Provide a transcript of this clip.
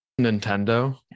Nintendo